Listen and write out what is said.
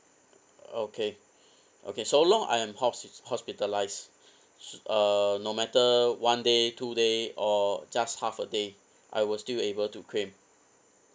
okay okay so long I'm hosp~ hospitalized uh no matter one day two day or just half a day I will still able to claim